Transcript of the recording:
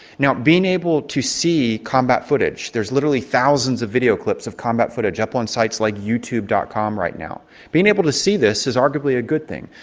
now being able to see combat footage there's literally thousands of video clips of combat footage up on sites like youtube. com right now being able to see this is arguably a good thing.